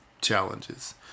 challenges